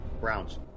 Browns